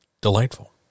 delightful